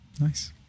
Nice